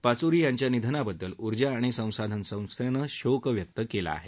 पाचुरी यांच्या निधनाबद्दल उर्जा आणि संसाधन संस्थेनं शोक व्यक्त केला आहे